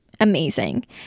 amazing